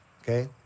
okay